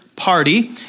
party